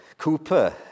Cooper